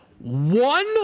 one